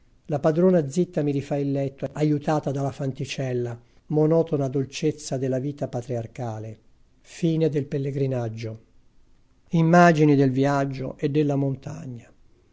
la padrona zitta mi rifà il letto aiutata dalla fanticella monotona dolcezza della vita patriarcale fine del pellegrinaggio canti orfici dino campana immagini del viaggio e della montagna